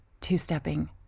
two-stepping